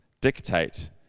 dictate